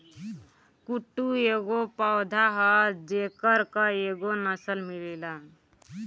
कुटू एगो पौधा ह जेकर कएगो नसल मिलेला